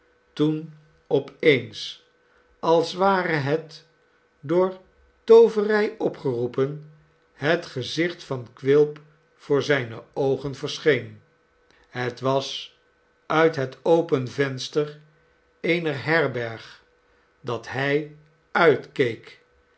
toen op eens als ware het door tooverij opgeroepen het gezicht van quilp voor zijne oogen verscheen het was uit het open venster eener herberg dat hij uitkeek